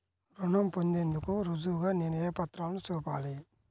రుణం పొందేందుకు రుజువుగా నేను ఏ పత్రాలను చూపాలి?